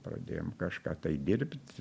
pradėjom kažką tai dirbt